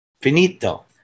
Finito